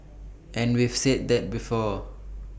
and we've said that before